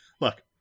look